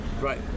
right